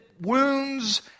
wounds